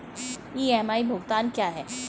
EMI भुगतान क्या है?